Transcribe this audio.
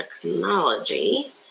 technology